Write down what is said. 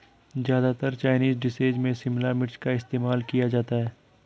ज्यादातर Chinese dishes में शिमला मिर्च का इस्तेमाल किया जाता है